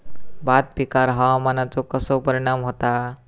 भात पिकांर हवामानाचो कसो परिणाम होता?